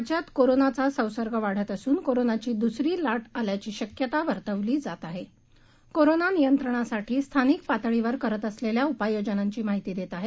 राज्यात कोरोनाचा संसर्ग वाढत असून कोरोनाची द्सरी लाट आल्याची शक्यता वर्तवली जात आहे कोरोना नियंत्रणासाठी स्थानिक पातळीवर करत असलेल्या उपाययोजनांची माहिती देत आहेत